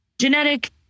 genetic